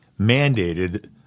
mandated